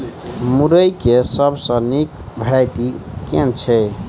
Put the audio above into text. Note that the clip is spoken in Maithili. मुरई केँ सबसँ निक वैरायटी केँ छै?